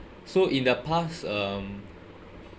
so in the past um